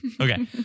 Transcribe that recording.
Okay